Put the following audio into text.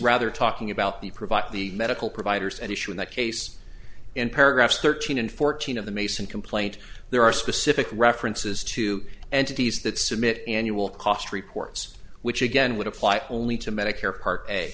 rather talking about the provide the medical providers at issue in that case in paragraphs thirteen and fourteen of the mason complaint there are specific references to entities that submit annual cost reports which again would apply only to medicare part a